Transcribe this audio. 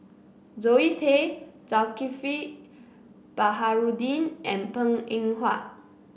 Zoe Tay Zulkifli Baharudin and Png Eng Huat